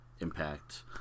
Impact